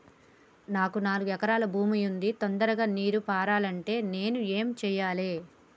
మాకు నాలుగు ఎకరాల భూమి ఉంది, తొందరగా నీరు పారాలంటే నేను ఏం చెయ్యాలే?